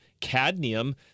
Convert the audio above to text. cadmium